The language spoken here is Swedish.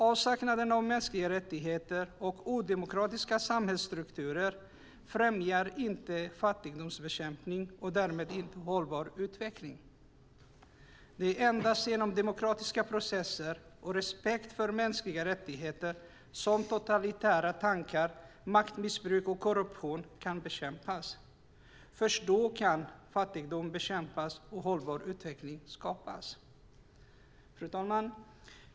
Avsaknad av mänskliga rättigheter liksom odemokratiska samhällsstrukturer främjar inte fattigdomsbekämpning och därmed hållbar utveckling. Det är endast genom demokratiska processer och respekt för mänskliga rättigheter som totalitära tankar, maktmissbruk och korruption kan bekämpas. Först då kan fattigdom bekämpas och hållbar utveckling skapas. Fru talman!